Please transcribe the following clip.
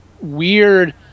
weird